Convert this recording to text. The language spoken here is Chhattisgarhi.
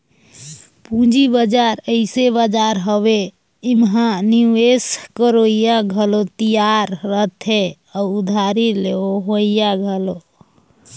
पंूजी बजार अइसे बजार हवे एम्हां निवेस करोइया घलो तियार रहथें अउ उधारी लेहोइया घलो